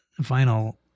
vinyl